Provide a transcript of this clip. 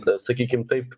kas sakykim taip